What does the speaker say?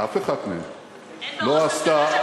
אף אחת מהן לא עשתה,